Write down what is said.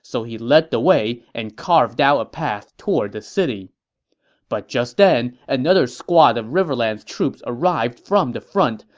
so he led the way and carved out a path toward the city but just then, another squad of riverlands troops arrived from the front,